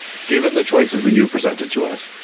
given the choices that you've presented to us.